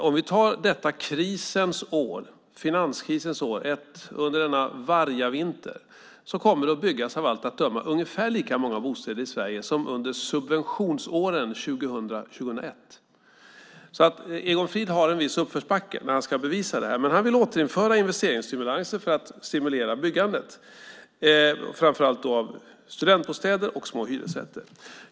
Under detta finanskrisens år, denna vargavinter, kommer det av allt att döma att byggas ungefär lika många bostäder i Sverige som under subventionsåren 2000-2001. Egon Frid har en viss uppförsbacke när han ska bevisa det, men han vill återinföra investeringsstimulanser för att stimulera byggandet, framför allt studentbostäder och små hyresrätter.